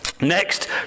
Next